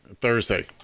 Thursday